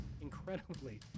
Incredibly